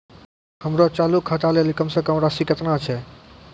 हमरो चालू खाता लेली कम से कम राशि केतना छै?